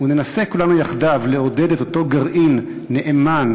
וננסה כולנו יחדיו לעודד את אותו גרעין נאמן